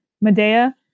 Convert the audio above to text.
Medea